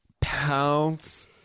pounce